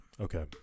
okay